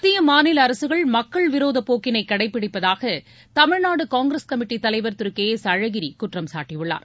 மத்திய மாநில அரசுகள் மக்கள் விரோத போக்கினை கடைபிடிப்பதாக தமிழ்நாடு காங்கிரஸ் கமிட்டித் தலைவர் திரு கே எஸ் அழகிரி குற்றம் சாட்டியுள்ளார்